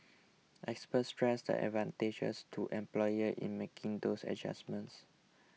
experts stressed the advantages to employers in making these adjustments